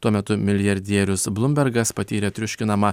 tuo metu milijardierius blumbergas patyrė triuškinamą